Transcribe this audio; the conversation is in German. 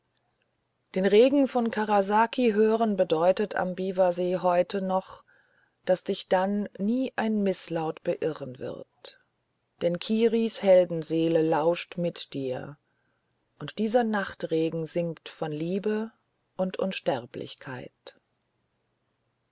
den regen von karasaki hören bedeutet am biwasee heute noch daß dich dann nie ein mißlaut beirren wird denn kiris heldenseele lauscht mit dir und dieser nachtregen singt von liebe und unsterblichkeit